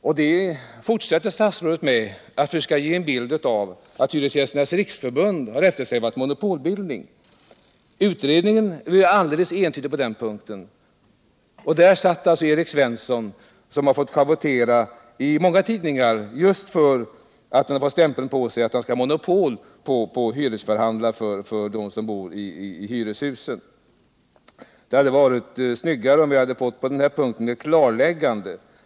Statsrådet fortsätter nu med att ge intryck av att Hyresgästernas riksförbund har eftersträvat monopolbildning. Utredningen är alldeles entydig på den punkten. I utredningen satt bl.a. Erik Svensson, som har fått schavottera i mänga tvidningar och fått stämpeln på sig att vilja ha monopol på hyresförhandlingar för dem som bor i hyreshusen. Det hade varit snyggare, om vi på denna punkt hade fått ett klarkiggande.